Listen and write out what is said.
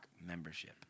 membership